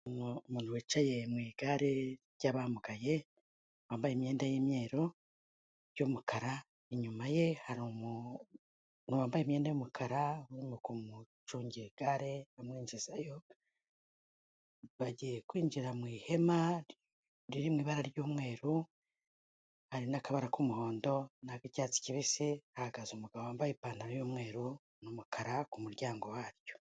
Umuntu wicaye mu igare ry'abamugaye, wambaye imyenda y'imyeru iy'umukara, inyuma ye hari umuntu wambaye imyenda y'umukara urimo kumucungira igare, amwinjizayo, bagiye kwinjira mu ihema riri mu ibara ry'umweru, hari n'akabara k'umuhondo, n'ak'icyatsi kibisi, hahagaze umugabo wambaye ipantaro y'umweru, n'umukara, ku muryango waryo.